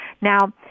Now